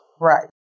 Right